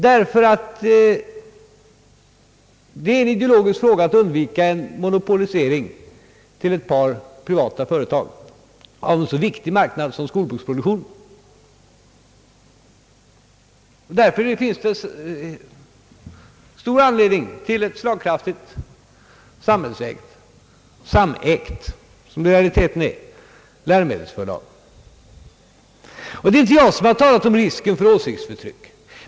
Det är en ideologisk sak att undvika monopolisering till ett par privata företag av en så viktig marknad som skolboksproduktionen. Därför finns det stor anledning att inrätta ett slagkraftigt, samhällsägt, och — som det i realiteten är — samägt läromedelsförlag. Det är inte jag som har talat om risken för åsiktsförtryck.